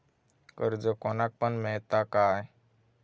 कर्ज कोणाक पण मेलता काय?